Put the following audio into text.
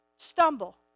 stumble